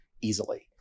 easily